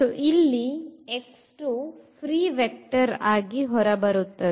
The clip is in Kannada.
ಇಲ್ಲಿ x2 free vector ಆಗಿ ಹೊರಬರುತ್ತದೆ